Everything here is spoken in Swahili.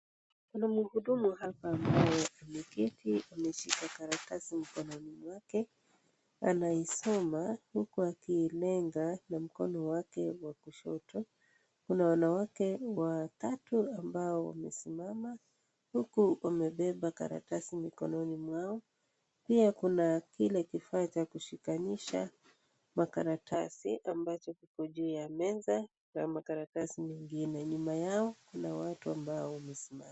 Kuna mhudumu hapa ambaye ameketi ameshika karatasi mkononi mwake. Anaisoma huku akiilenga na mkono wake wa kushoto. Kuna wanawake watatu ambao wamesimama huku wamebeba makaratasi mikononi mwao. Pia kuna kile kifaa cha kushikanisha makaratasi ambacho kiko juu ya meza na makaratasi mengine. Na nyuma yao kuna watu ambao wamesimama.